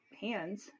hands